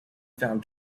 found